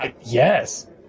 yes